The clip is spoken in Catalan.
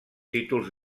títols